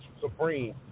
Supreme